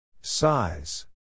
Size